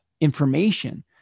information